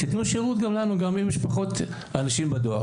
תיתנו שירות גם לנו גם אם יש פחות אנשים בדואר.